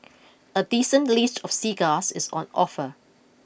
a decent list of cigars is on offer